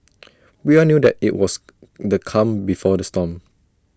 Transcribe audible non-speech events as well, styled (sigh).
(noise) we all knew that IT was the calm before the storm